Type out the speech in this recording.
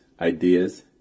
ideas